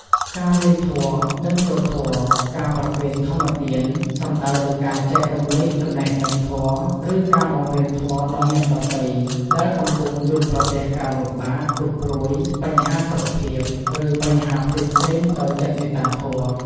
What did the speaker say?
ការរៀនធម៌ និងសូត្រធម៌ ការប្រគេនធម្មទាន សំដៅលើការចែករំលែកចំណេះដឹងធម៌ ឬការបង្រៀនធម៌ដល់អ្នកដទៃ ដែលកំពុងជួបប្រទះការលំបាក ទុក្ខព្រួយ បញ្ហាសុខភាព ឬបញ្ហាផ្សេងៗដោយចិត្តមេត្តាធម៌។